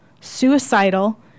suicidal